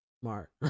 smart